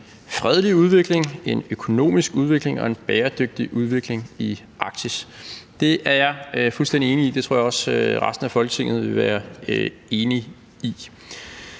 fredelig udvikling, en økonomisk udvikling og en bæredygtig udvikling i Arktis. Det er jeg fuldstændig enig i. Det tror jeg også resten af Folketinget vil være enige i.